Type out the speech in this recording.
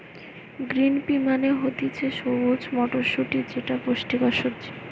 green pea মানে হতিছে সবুজ মটরশুটি যেটা পুষ্টিকর সবজি